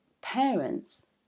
parents